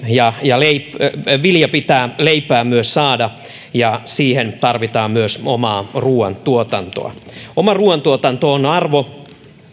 ja ja vilja pitää leipään myös saada ja siihen tarvitaan myös omaa ruuantuotantoa oma ruuantuotanto on arvo